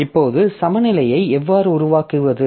இப்போது சமநிலையை எவ்வாறு உருவாக்குவது